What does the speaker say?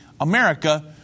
America